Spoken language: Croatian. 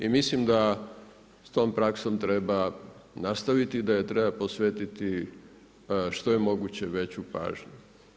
I mislim da s tom praksom treba nastaviti i da joj treba posvetiti što je moguće veću pažnju.